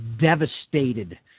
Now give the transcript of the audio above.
devastated